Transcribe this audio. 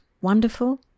wonderful